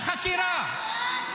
שקרן נאלח.